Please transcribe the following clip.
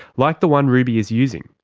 like the one ruby is using,